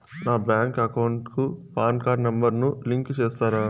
నా bank account కు PAN card number ను లింకు సేస్తారా?